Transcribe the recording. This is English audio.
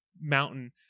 mountain